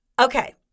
Okay